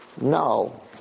no